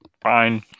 fine